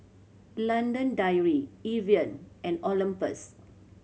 London Dairy Evian and Olympus